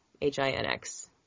H-I-N-X